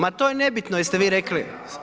Ma to je nebitno jeste vi rekli.